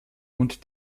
und